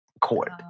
Court